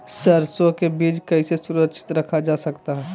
सरसो के बीज कैसे सुरक्षित रखा जा सकता है?